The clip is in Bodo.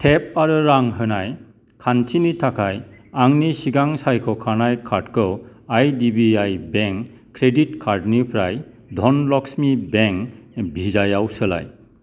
टेप आरो रां होनाय खान्थिनि थाखाय आंनि सिगां सायख'खानाय कार्डखौ आइडिबिआइ बेंक क्रेडिट कार्डनिफ्राय धनलक्समि बेंक भिजायाव सोलाय